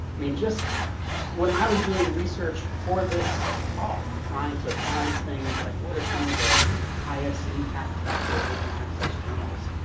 i mean when i was doing research for this talk, trying to find things like what are some of the highest impact factor open access journals?